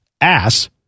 ass